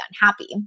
unhappy